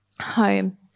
home